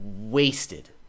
wasted